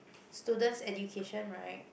students education right